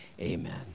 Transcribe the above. Amen